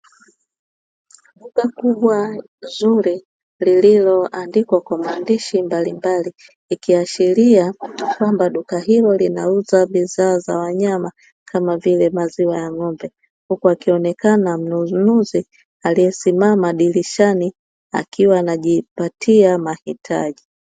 Duka kubwa zuri lililo andikwa kwa maandishi mbalimbali ikiashiria kwamba duka hilo linauza bidhaa za wanyama kama vile maziwa ya ng'ombe, huku akionekana mnunuzi aliye simama dirishani akiwa anajipatia mahitaji.